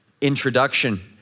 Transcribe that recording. introduction